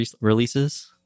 releases